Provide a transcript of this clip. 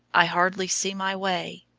i hardly see my way.